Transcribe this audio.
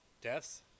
deaths